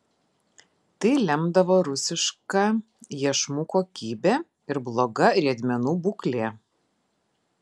tai lemdavo rusiška iešmų kokybė ir bloga riedmenų būklė